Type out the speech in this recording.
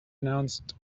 announced